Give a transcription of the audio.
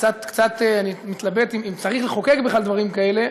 אני קצת מתלבט אם צריך לחוקק בכלל דברים כאלה,